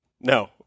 No